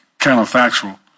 counterfactual